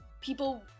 people